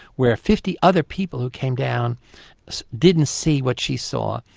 where fifty other people who came down didn't see what she saw.